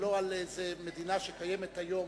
ולא על איזו מדינה שקיימת היום,